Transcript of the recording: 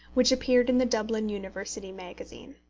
which appeared in the dublin university magazine.